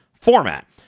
format